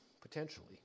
potentially